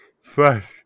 fresh